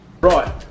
Right